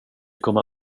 kommer